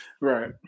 Right